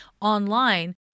online